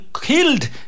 killed